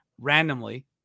randomly